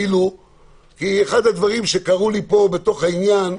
אחד הדברים שקרו לי כאן בתוך העניין,